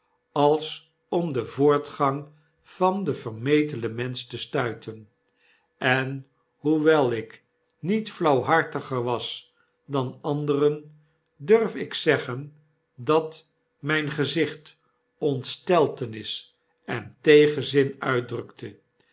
als om den voortgang van den vermetelen mensch te stuiten en hoewel ik niet tiauwhartiger was dan anderen durf ik zeggen dat myn gezicht ontsteltenis en tegenzin uitdrukte